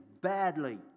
badly